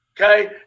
Okay